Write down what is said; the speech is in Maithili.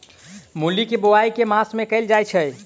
मूली केँ बोआई केँ मास मे कैल जाएँ छैय?